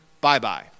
Bye-bye